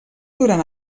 durant